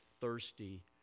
thirsty